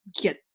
get